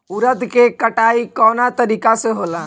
उरद के कटाई कवना तरीका से होला?